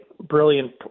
Brilliant